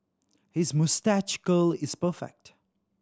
his moustache curl is perfect